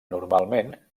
normalment